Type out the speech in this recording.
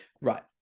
Right